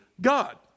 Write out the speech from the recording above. God